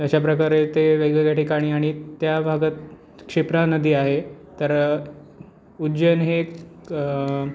अशाप्रकारे ते वेगवेगळ्या ठिकाणी आणि त्या भागात क्षिप्रा नदी आहे तर उज्जैन हे